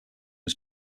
was